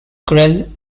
grille